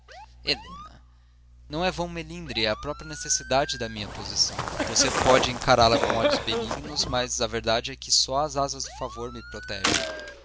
não é vão melindre é a própria necessidade da minha posição você pode encará la com olhos benignos mas a verdade é que só as asas do favor me protegem